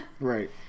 Right